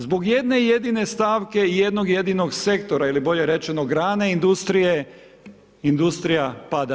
Zbog jedne jedine stavke i jednog jedinog sektora, ili bolje rečeno, grane industrije, industrija pada.